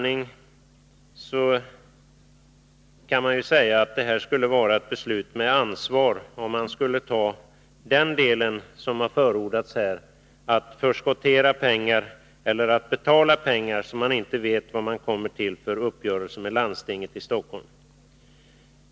Man kan i sanning säga att det skulle vara ett beslut med ansvar, om man — som förordats här — skulle förskottera pengar eller betala pengar i fall där man inte vet vad det blir för uppgörelse med landstinget.